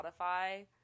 Spotify